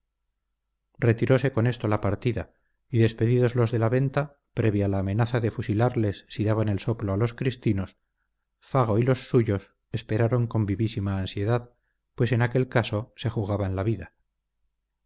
retirose con esto la partida y despedidos los de la venta previa la amenaza de fusilarles si daban el soplo a los cristinos fago y los suyos esperaron con vivísima ansiedad pues en aquel caso se jugaban la vida